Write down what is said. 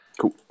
Cool